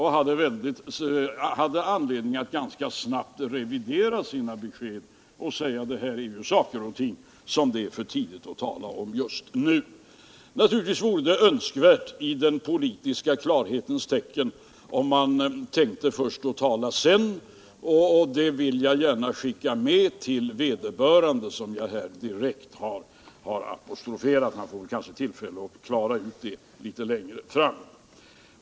Han fick anledning att ganska snabbt revidera sina besked och säga att detta är saker och ting som det är för tidigt att tala om just nu. Naturligtvis vore det önskvärt om man i den politiska klarhetens tecken tänkte först och talade sedan. Det vill jag gärna skicka med till vederbörande som jag här direkt har apostroferat. Han får kanske tillfälle att klara ut detta litet längre fram.